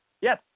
yes